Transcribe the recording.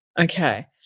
Okay